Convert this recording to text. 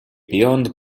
beyond